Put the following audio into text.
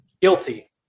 Guilty